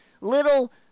little